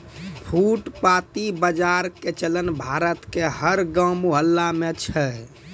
फुटपाती बाजार के चलन भारत के हर गांव मुहल्ला मॅ छै